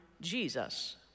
Jesus